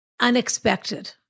unexpected